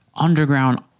underground